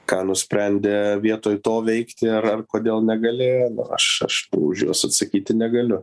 ką nusprendė vietoj to veikti ar ar kodėl negalėjo nu aš aš tų už juos atsakyti negaliu